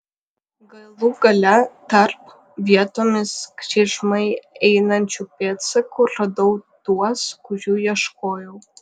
galų gale tarp vietomis kryžmai einančių pėdsakų radau tuos kurių ieškojau